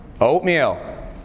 Oatmeal